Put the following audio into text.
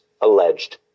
alleged